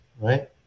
right